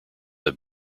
have